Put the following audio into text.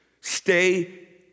Stay